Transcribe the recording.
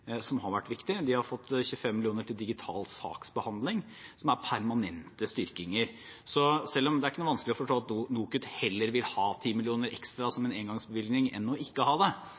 som har vært viktig, og de har fått 25 mill. kr til digital saksbehandling – som er en permanent styrking. Det er ikke noe vanskelig å forstå at NOKUT heller vil ha 10 mill. kr ekstra som en engangsbevilgning enn ikke å ha det,